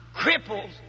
cripples